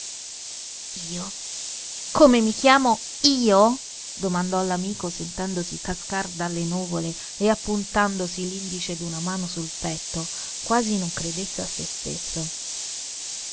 io come mi chiamo io domandò l'amico sentendosi cascar dalle nuvole e appuntandosi l'indice d'una mano sul petto quasi non credesse a se stesso